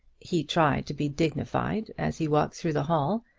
he tried to be dignified as he walked through the hall,